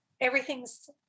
Everything's